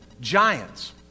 giants